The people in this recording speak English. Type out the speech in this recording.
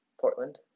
Portland